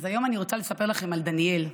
היום אני רוצה לספר לכם על דניאל.